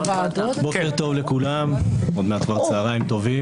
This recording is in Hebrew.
בוקר טוב לכולם, עוד מעט כבר צוהריים טובים.